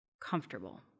comfortable